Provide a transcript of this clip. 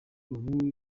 ubu